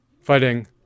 Fighting